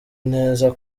neza